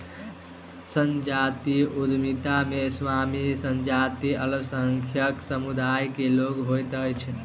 संजातीय उद्यमिता मे स्वामी संजातीय अल्पसंख्यक समुदाय के लोक होइत अछि